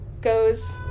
goes